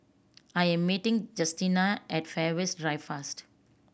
I am meeting Justina at Fairways Drive first